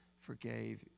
forgave